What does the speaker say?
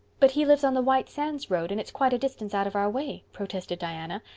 but he lives on the white sands road and it's quite a distance out of our way, protested diana.